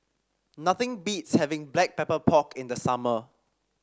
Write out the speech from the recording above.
nothing beats having Black Pepper Pork in the summer